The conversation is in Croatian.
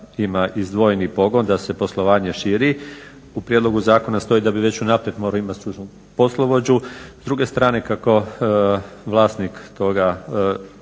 Hvala vam